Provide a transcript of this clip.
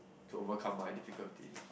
to overcome my difficulty